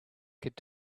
could